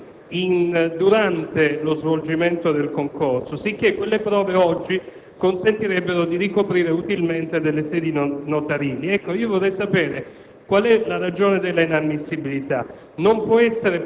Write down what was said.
Questi requisiti sono stati poi soppressi durante lo svolgimento del concorso; sicché quelle prove oggi consentirebbero di ricoprire utilmente delle sedi notarili.